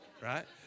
right